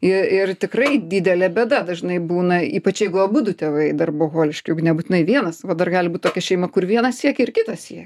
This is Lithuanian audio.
i ir tikrai didelė bėda dažnai būna ypač jeigu abudu tėvai darboholiški juk nebūtinai vienas va dar gali būt tokia šeima kur vienas siekia ir kitas siekia